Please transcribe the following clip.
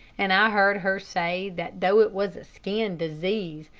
and i heard her say that though it was a skin disease,